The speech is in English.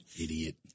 Idiot